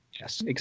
yes